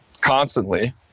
constantly